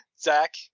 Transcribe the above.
Zach